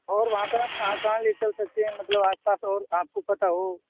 और वहाँ पर आप कहाँ कहाँ ले चल सकते हैं मतलब आसपास और आपको पता हो